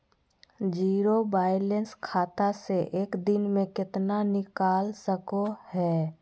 Zero balance खाता से एक दिन में कितना निकाल सको है?